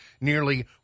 nearly